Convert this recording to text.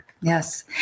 yes